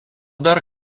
dar